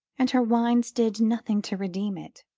and her wines did nothing to redeem it.